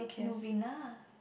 Novena